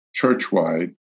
Churchwide